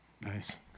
nice